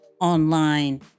online